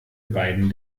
beiden